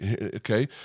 okay